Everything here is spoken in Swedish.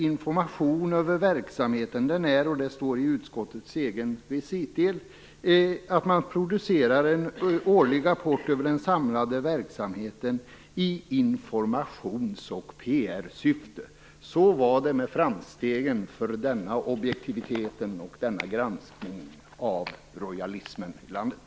Informationen om verksamheten är - och det står i utskottets egen recitdel - att man producerar en årlig rapport över den samlade verksamheten i informations och PR-syfte! Så var det med framstegen för denna objektivitet och denna granskning av rojalismen i landet!